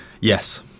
Yes